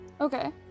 okay